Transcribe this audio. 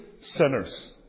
sinners